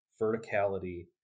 verticality